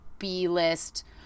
B-list